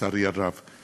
לצערי הרב.